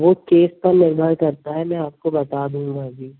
वह केस पर निर्भर करता है मैं आपको बता दूँगा अभी